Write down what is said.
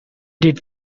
did